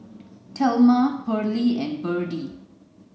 Thelma Parlee and Berdie